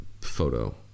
photo